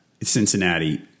Cincinnati